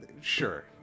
sure